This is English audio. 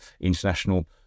international